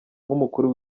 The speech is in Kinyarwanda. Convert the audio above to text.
nk’umukuru